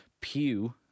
pew